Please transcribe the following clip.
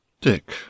Dick